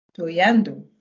Toyando